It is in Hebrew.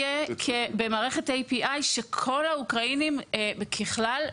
במערכת ה-ATI לא יהיה שכל האוקראינים ככלל,